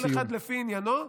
כל אחד לפי עניינו,